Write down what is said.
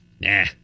Nah